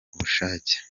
k’ubushake